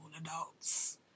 adults